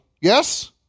Yes